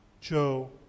Joe